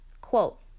Quote